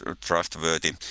trustworthy